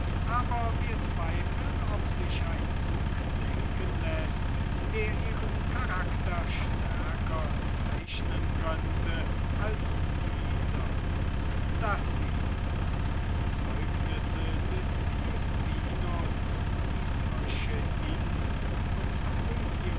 aber wir zweifeln ob sich ein zug denken läßt der ihren charakter stärker zeichnen könnte als dieser daß sie nach dem zeugnis des justinus die frösche in und um